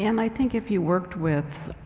and my think if you worked with,